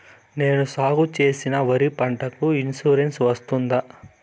నేను సాగు చేసిన వరి పంటకు ఇన్సూరెన్సు వస్తుందా?